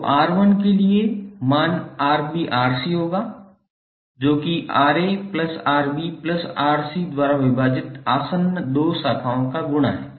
तो R1 के लिए मान 𝑅𝑏𝑅𝑐 होगा जो कि 𝑅𝑎𝑅𝑏𝑅𝑐 द्वारा विभाजित आसन्न 2 शाखाओं का गुणा है